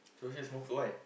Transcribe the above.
told you smoke why